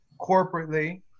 corporately